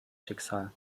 schicksal